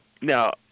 Now